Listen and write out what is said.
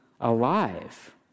alive